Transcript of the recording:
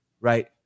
right